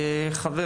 חבר